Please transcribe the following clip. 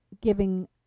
giving